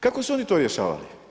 Kako su oni to rješavali?